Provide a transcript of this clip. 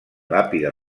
làpida